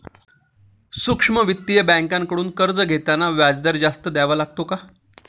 सूक्ष्म वित्तीय बँकांकडून कर्ज घेताना व्याजदर जास्त द्यावा लागतो का?